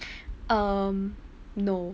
um no